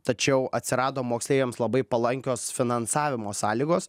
tačiau atsirado moksleiviams labai palankios finansavimo sąlygos